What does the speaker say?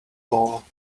ball